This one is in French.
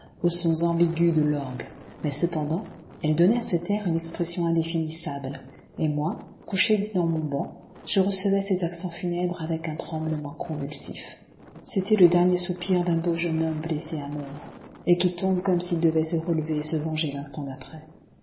aux sons ambigus de l'orgue mais cependant elle donnait à cet air une expression indéfinissable et moi couché dans mon banc je recevais ces accents funèbres avec un tremblement convulsif c'était le dernier soupir d'un beau jeune homme blessé à mort et qui tombe comme s'il devait se relever et se venger l'instant d'après